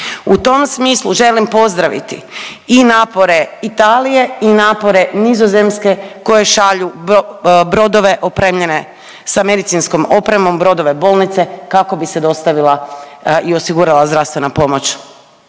U tom smislu želim pozdraviti i napore Italije i napore Nizozemske koje šalju brodove opremljene sa medicinskom opremom, brodove bolnice kako bi se dostavila i osigurala zdravstvena pomoć